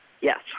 Yes